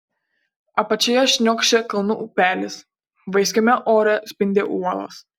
apačioje šniokščia kalnų upelis vaiskiame ore spindi uolos